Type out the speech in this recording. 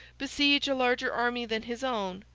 besiege a larger army than his own,